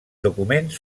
documents